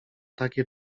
takie